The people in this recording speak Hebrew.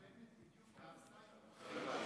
"מהרסַיִךְ ומחריבַיִךְ".